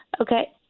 Okay